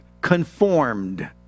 conformed